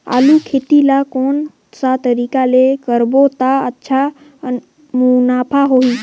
आलू खेती ला कोन सा तरीका ले करबो त अच्छा मुनाफा होही?